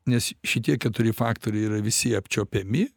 nes šitie keturi faktoriai yra visi apčiuopiami